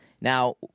Now